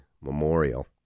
memorial